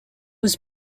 was